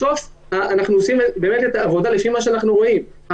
בסוף אנחנו עושים באמת את העבודה לפי מה שאנחנו רואים.